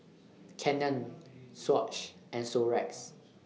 Canon Swatch and Xorex